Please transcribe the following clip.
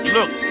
Look